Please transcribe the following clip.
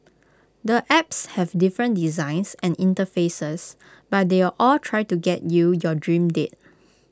the apps have different designs and interfaces but they all try to get you your dream date